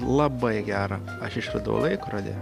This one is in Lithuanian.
labai gera aš išradau laikrodį